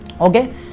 Okay